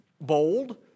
bold